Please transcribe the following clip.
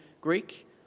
Greek